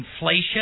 inflation